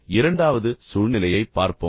இரண்டாவது சூழ்நிலையை பார்ப்போம்